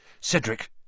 Cedric